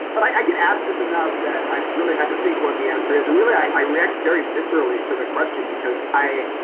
but i get asked this enough that i really had to think what the answer is. and really, i react very viscerally to the question because i.